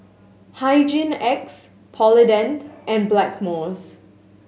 Hygin X Polident and Blackmores